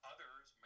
Others